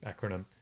acronym